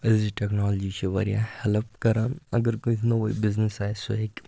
أزِچ ٹٮ۪کنالجی چھِ واریاہ ہیٚلٕپ کَران اگر کٲنٛسہِ نوٚوُے بِزنِس آسہِ سُہ ہیٚکہِ